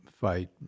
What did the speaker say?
Fight